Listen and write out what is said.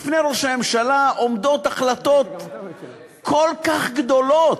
בפני ראש הממשלה עומדות החלטות כל כך גדולות,